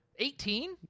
Eighteen